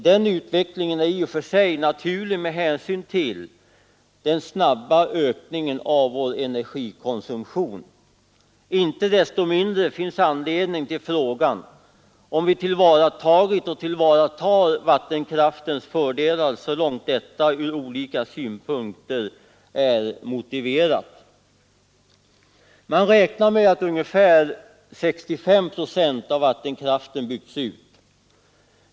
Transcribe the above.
Denna utveckling är i och för sig naturlig med hänsyn till den snabba ökningen av vår energikonsumtion. Inte desto mindre finns det anledning att ställa frågan om vi tillvaratagit och tillvaratar vattenkraftens fördelar så långt detta ur olika synpunkter är motiverat. Man räknar med att ungefär 65 procent av vattenkraften byggts ut.